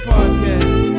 Podcast